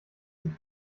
sie